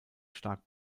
stark